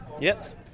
Yes